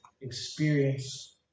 experience